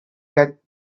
get